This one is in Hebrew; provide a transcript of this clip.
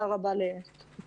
תודה רבה לכולכם.